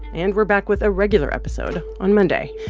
and we're back with a regular episode on monday.